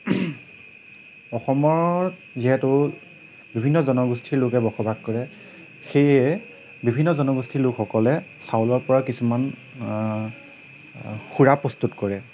অসমত যিহেতু বিভিন্ন জনগোষ্ঠীৰ লোকে বসবাস কৰে সেইয়ে বিভিন্ন জনগোষ্ঠীৰ লোকসকলে চাউলৰ পৰা কিছুমান সুৰা প্ৰস্তুত কৰে